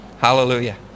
Hallelujah